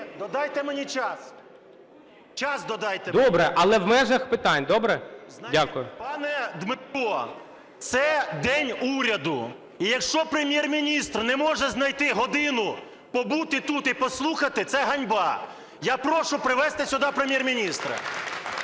Додайте мені час. Час додайте мені. ГОЛОВУЮЧИЙ. Добре. Але в межах питань. Добре? Дякую. 10:45:58 ГУЗЬ І.В. Пане Дмитро, це день уряду. І якщо Прем'єр-міністр не може знайти годину побути тут і послухати, це ганьба. Я прошу привести сюди Прем'єр-міністра.